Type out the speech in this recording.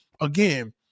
again